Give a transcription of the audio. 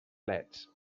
leds